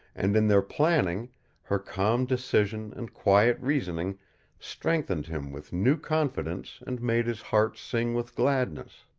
and in their planning her calm decision and quiet reasoning strengthened him with new confidence and made his heart sing with gladness.